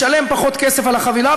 משלם פחות כסף על החבילה,